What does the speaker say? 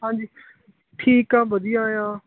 ਹਾਂਜੀ ਠੀਕ ਆ ਵਧੀਆ ਆ